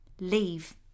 leave